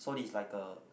so it's like a